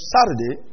Saturday